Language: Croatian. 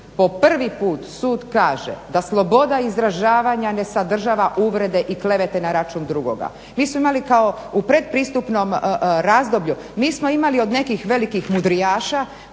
po prvi put sud kaže da sloboda izražavanja ne sadržava uvrede i klevete na račun drugoga. Mi smo imali kao u pretpristupnom razdoblju, mi smo imali od nekih velikih mudrijaša